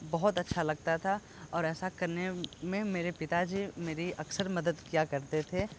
बहुत अच्छा लगता था और ऐसा करने मे मेरे पिताजी मेरी अक्सर मदद किया करते थे